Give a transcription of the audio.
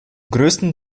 größten